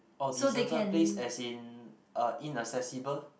oh deserted place as in uh inaccessible